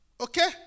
Okay